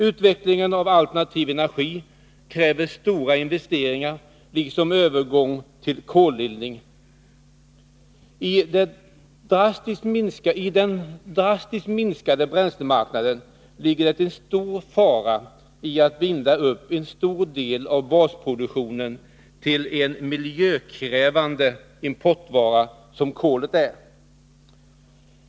Utvecklingen av alternativ energi liksom en övergång till koleldning kräver stora investeringar. I en drastiskt minskad bränslemarknad ligger det en stor fara i att binda upp för stor del av basproduktionen till en miljökrävande importvara, som ju kolet är.